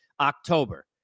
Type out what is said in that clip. October